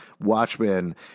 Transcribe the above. Watchmen